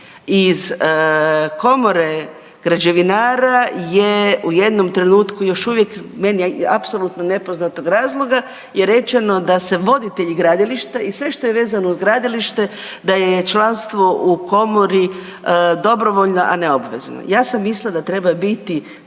Iz komore građevinara je u jednom trenutku još uvijek meni apsolutno nepoznatog razloga, je rečeno da se voditelji gradilišta i sve što je vezano uz gradilište da je članstvo u komori dobrovoljno, a ne obvezno. Ja sam mislila da treba biti